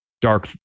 dark